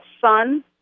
son